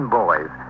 boys